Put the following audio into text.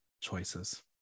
choices